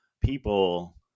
people